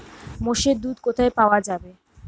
মোষের দুধ কোথায় পাওয়া যাবে?